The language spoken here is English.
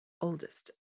oldest